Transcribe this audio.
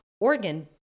organ